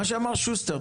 כמו שאמר שוסטר,